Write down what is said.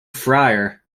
friar